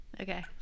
Okay